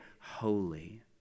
holy